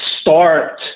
start